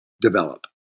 develop